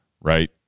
Right